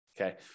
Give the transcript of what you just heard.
Okay